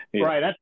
right